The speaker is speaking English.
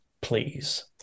please